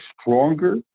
stronger